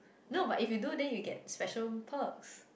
no but if you do then you will get special purse